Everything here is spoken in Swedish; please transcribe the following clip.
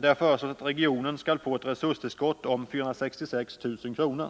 Där föreslås att regionen skall få ett resurstillskott på 466 000 kr.